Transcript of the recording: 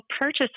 purchase